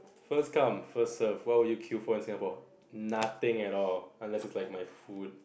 first come first serve what would you queue for in Singapore nothing at all unless it likes my food